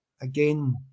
again